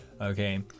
okay